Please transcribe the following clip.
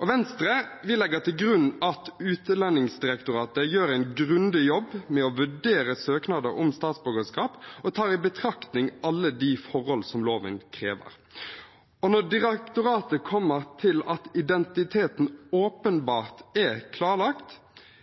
Venstre legger til grunn at Utlendingsdirektoratet gjør en grundig jobb med å vurdere søknader om statsborgerskap og tar i betraktning alle de forhold som loven krever. Når direktoratet kommer til at identiteten åpenbart er klarlagt –